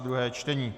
druhé čtení